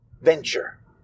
venture